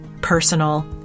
personal